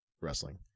wrestling